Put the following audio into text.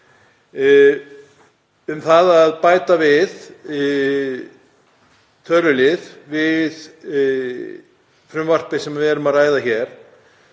um að bæta tölulið við frumvarpið sem við erum að ræða hér